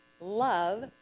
love